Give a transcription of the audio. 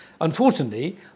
Unfortunately